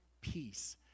peace